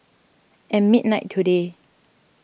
at midnight today